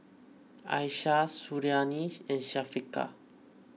Aishah Suriani and Syafiqah